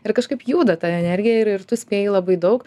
ir kažkaip juda ta energija ir ir tu spėji labai daug